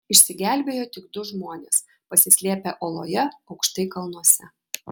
išsigelbėjo tik du žmonės pasislėpę oloje aukštai kalnuose